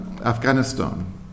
Afghanistan